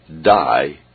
Die